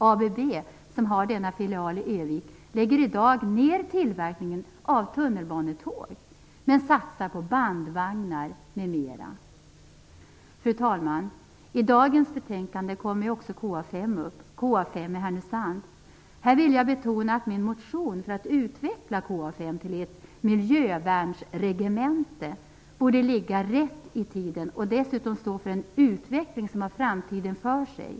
ABB, som har denna filial i Örnsköldsvik, lägger i dag ner tillverkningen av tunnelbanetåg men satsar på bandvagnar m.m. Fru talman! I dagens betänkande kommer också KA 5 i Härnösand upp. Jag vill betona att min motion för att utveckla KA 5 till ett miljövärnsregemente borde ligga rätt i tiden och dessutom stå för en utveckling som har framtiden för sig.